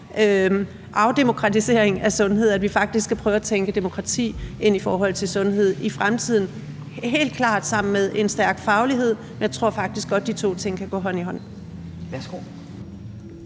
afdemokratisering af sundhedsområdet, så vi faktisk prøver at tænke demokrati ind i forhold til sundhedsområdet i fremtiden – helt klart sammen med en stærk faglighed. Jeg tror faktisk godt, de to ting kan gå hånd i hånd. Kl.